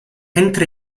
mentre